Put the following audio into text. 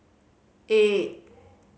eight